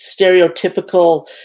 stereotypical